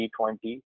B20